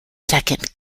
second